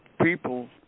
people